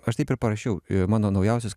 aš taip ir parašiau mano naujausios